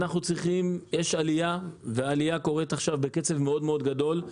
יש עלייה והיא קורית עכשיו בקצב מאוד גדול.